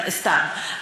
סתם.